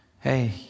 hey